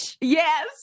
Yes